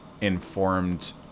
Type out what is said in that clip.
informed